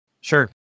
Sure